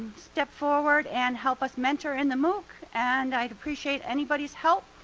step forward, and help us mentor in the mooc. and i'd appreciate anybodies help,